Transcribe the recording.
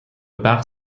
part